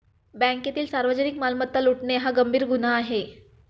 बँकेतील सार्वजनिक मालमत्ता लुटणे हा गंभीर गुन्हा आहे